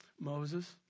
Moses